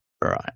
right